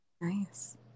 Nice